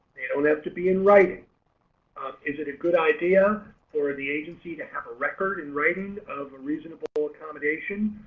they don't have to be in writing is it a good idea for the agency to have a record and writing of a reasonable accommodation?